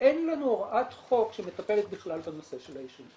שאין לנו הוראת חוק שמטפלת בכלל בנושא של עישון.